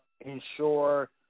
ensure